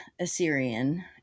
Assyrian